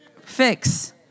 fix